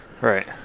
Right